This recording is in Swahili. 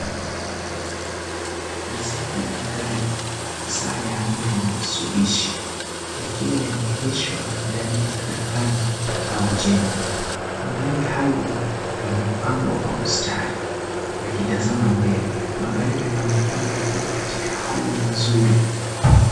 Ni safu ya magari hasa ya aina ya Mitsubishi. Yakiwa yameegeshwa ndani ya karakana au jengo. Magari hayo yamepangwa kwa mstari yakitazama mbele. Magari yanaonekana kuwa katika hali nzuri.